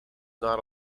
not